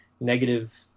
negative